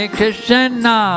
Krishna